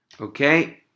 Okay